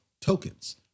tokens